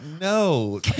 No